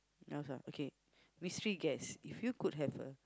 yours ah okay mystery guest if you could have a